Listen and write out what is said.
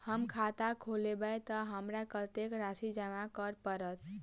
हम खाता खोलेबै तऽ हमरा कत्तेक राशि जमा करऽ पड़त?